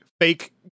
fake